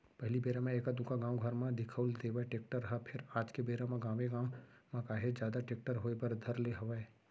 पहिली बेरा म एका दूका गाँव घर म दिखउल देवय टेक्टर ह फेर आज के बेरा म गाँवे गाँव म काहेच जादा टेक्टर होय बर धर ले हवय